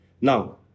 Now